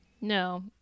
no